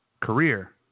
career